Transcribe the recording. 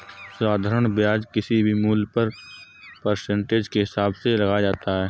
साधारण ब्याज किसी भी मूल्य पर परसेंटेज के हिसाब से लगाया जाता है